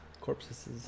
Corpses